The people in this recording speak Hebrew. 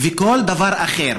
כל דבר אחר,